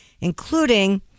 including